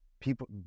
People